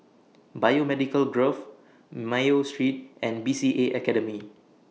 Biomedical Grove Mayo Street and B C A Academy